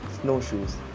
snowshoes